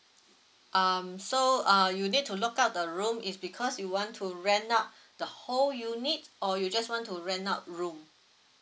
um so uh you need to lock up the room is because you want to rent out the whole unit or you just want to rent out room